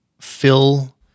fill